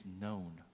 known